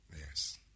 Yes